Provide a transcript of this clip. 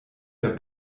der